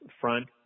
front